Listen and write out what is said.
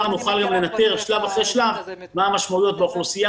נוכל גם לנטר שלב אחרי שלב מה המשמעויות באוכלוסייה